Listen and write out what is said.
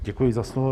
Děkuji za slovo.